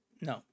No